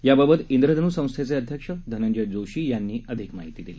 याबाबत इंद्रधनू संस्थेचे अध्यक्ष धनंजय जोशी यांनी माहिती दिली